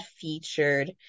featured